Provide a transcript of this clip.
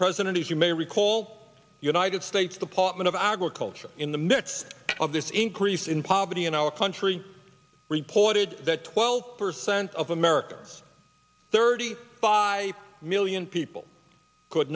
president as you may recall united states department of agriculture in the midst of this increase in poverty in our country reported that twelve percent of americans thirty five million people could